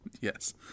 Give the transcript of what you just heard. Yes